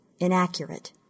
inaccurate